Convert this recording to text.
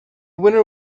winner